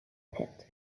pit